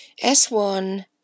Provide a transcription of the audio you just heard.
S1